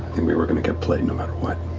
and we were going to get played no matter what.